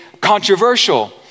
controversial